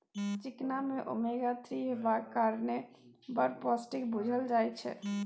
चिकना मे omega three हेबाक कारणेँ बड़ पौष्टिक बुझल जाइ छै